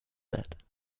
that